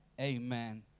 Amen